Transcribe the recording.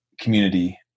community